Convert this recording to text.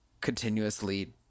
continuously